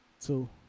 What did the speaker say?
Two